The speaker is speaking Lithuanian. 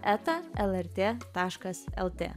eta lrt taškas lt